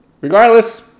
regardless